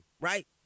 Right